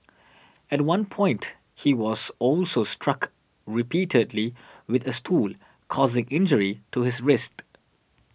at one point he was also struck repeatedly with a stool causing injury to his wrist